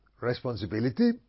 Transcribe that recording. Responsibility